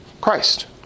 Christ